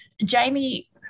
Jamie